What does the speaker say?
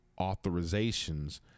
authorizations